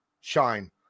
shine